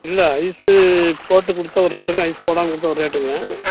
இல்லை ஐஸ்ஸு போட்டு கொடுத்தா ஒரு ரேட்டுங்க ஐஸ் போடாமல் கொடுத்தா ஒரு ரேட்டுங்க